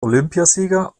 olympiasieger